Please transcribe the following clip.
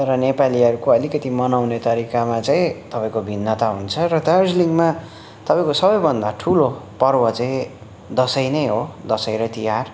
तर नेपालीहरूको अलिकति मनाउने तरिकामा चाहिँ तपाईँको भिन्नता हुन्छ र दार्जिलिङमा तपाईँको सबैभन्दा ठुलो पर्व चाहिँ दसैँ नै हो दसैँ र तिहार